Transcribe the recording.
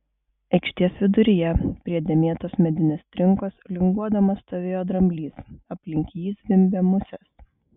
aikštės viduryje prie dėmėtos medinės trinkos linguodamas stovėjo dramblys aplink jį zvimbė musės